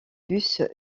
bus